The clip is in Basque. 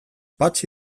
patxi